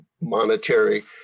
monetary